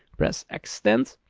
press extend.